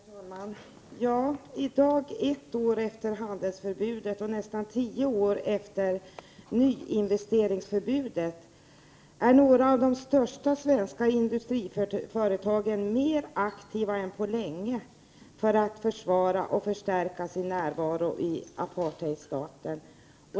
Herr talman! I dag, ett år efter handelsförbudet och nästan tio år efter nyinvesteringsförbudet, är några av de största svenska industriföretagen mer aktiva än på länge för att försvara och förstärka sin närvaro i apartheidstaten.